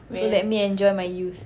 so let me enjoy my youth